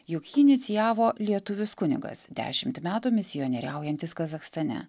jog jį inicijavo lietuvis kunigas dešimt metų misionieriaujantis kazachstane